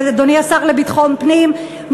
ואדוני השר לביטחון פנים,